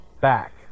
back